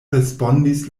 respondis